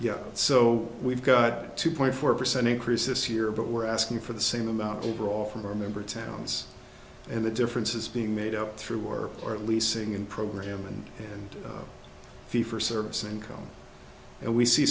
yeah so we've got two point four percent increase this year but we're asking for the same amount overall from our member towns and the difference is being made up through or are leasing in program and and fee for service income and we see